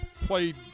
played